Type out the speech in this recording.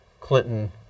Clinton